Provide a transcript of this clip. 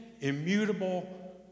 immutable